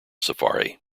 safari